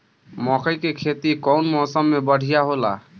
मकई के खेती कउन मौसम में बढ़िया होला?